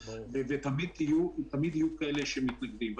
הרי תמיד יהיו כאלה שמתנגדים.